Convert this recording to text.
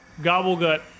Gobblegut